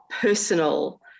personal